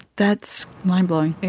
that's mind-blowing. yeah.